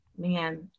man